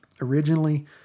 Originally